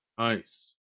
Nice